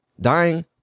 dying